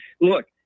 look